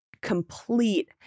complete